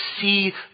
see